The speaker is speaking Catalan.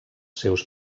seus